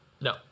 No